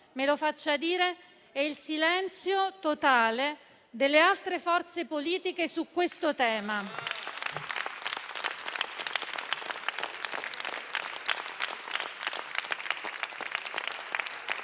me lo faccia dire - è il silenzio totale delle altre forze politiche su questo tema.